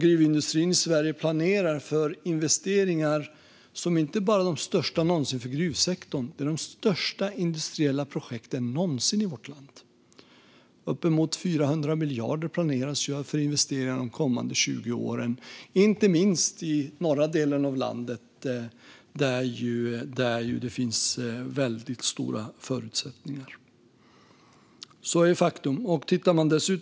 Gruvindustrin i Sverige planerar också för investeringar som inte bara är de största någonsin för gruvsektorn utan de största industriella projekten någonsin i vårt land. Man planerar att investera uppemot 400 miljarder under de kommande 20 åren - inte minst i den norra delen av landet, där det ju finns väldigt stora förutsättningar. Det är ett faktum.